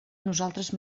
nosaltres